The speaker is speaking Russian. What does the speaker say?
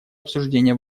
обсуждения